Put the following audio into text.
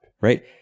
right